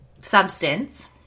substance